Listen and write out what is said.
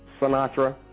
Sinatra